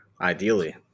ideally